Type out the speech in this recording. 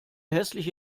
hässliche